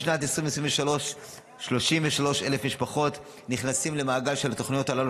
בשנת 2023 כ-33,000 משפחות נכנסות למעגל של התוכניות הללו.